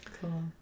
Cool